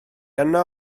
yno